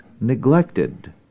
neglected